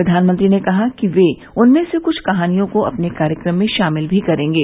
प्रधानमंत्री ने कहा कि वे उनमें से कुछ कहानियों को अपने कार्यक्रम में शामिल भी करेंगे